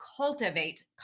cultivate